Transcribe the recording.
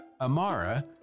Amara